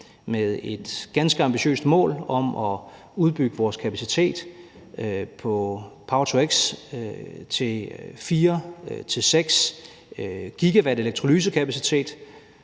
med et ganske ambitiøst mål om at udbygge vores kapacitet for power-to-x til 4-6 GW elektrolysekapacitet,